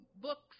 books